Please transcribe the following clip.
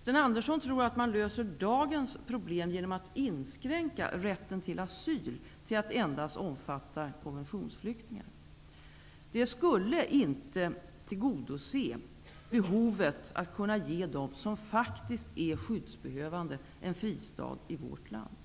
Sten Andersson tror att man löser dagens problem genom att inskränka rätten till asyl till att endast omfatta konventionsflyktingar. Det skulle inte tillgodose behovet att kunna ge dem som faktiskt är skyddsbehövande en fristad i vårt land.